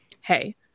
Hey